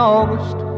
August